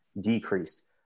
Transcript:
decreased